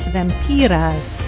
Vampiras